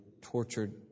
tortured